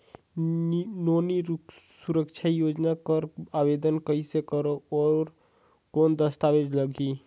नोनी सुरक्षा योजना कर आवेदन कइसे करो? और कौन दस्तावेज लगही?